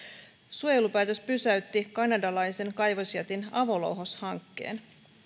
suojelupäätös pysäytti kanadalaisen kaivosjätin avolouhoshankkeen